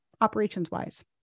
operations-wise